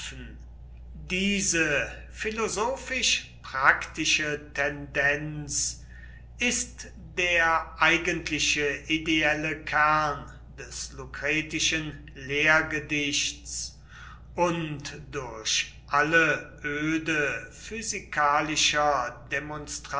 diese philosophisch praktische tendenz ist der eigentliche ideelle kern des lucretischen lehrgedichts und durch alle öde physikalischer